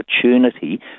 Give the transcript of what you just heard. opportunity